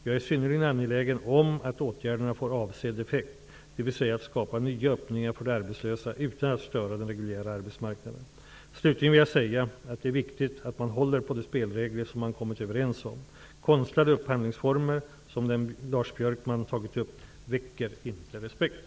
Jag är synnerligen angelägen om att åtgärderna får avsedd effekt, dvs. att skapa nya öppningar för de arbetslösa utan att störa den reguljära arbetsmarknaden. Slutligen vill jag säga att det är viktigt att man håller på de spelregler som man kommit överens om. Björkman tagit upp, väcker inte respekt.